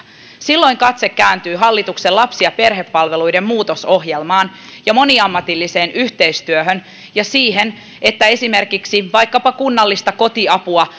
silloin katse kääntyy hallituksen lapsi ja perhepalveluiden muutosohjelmaan ja moniammatilliseen yhteistyöhön ja siihen että esimerkiksi vaikkapa kunnallista kotiapua